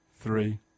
three